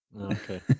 okay